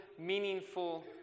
meaningful